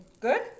good